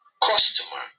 customer